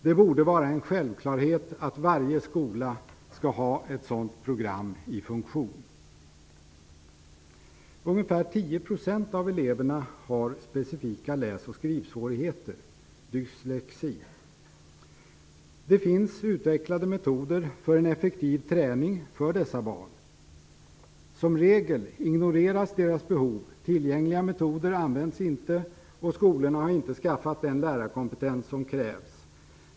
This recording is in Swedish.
Det borde vara en självklarhet att varje skola skall ha ett sådant program i funktion. Ungefär 10 % av eleverna har specifika läs och skrivsvårigheter, dyslexi. Det finns utvecklade metoder för en effektiv träning för dessa barn. Som regel ignoreras deras behov. Tillgängliga metoder används inte, och skolorna har inte skaffat den lärarkompetens som krävs.